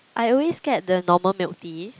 I always get the normal milk tea